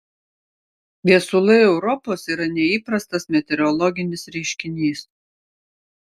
viesulai europos yra neįprastas meteorologinis reiškinys